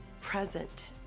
present